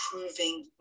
improving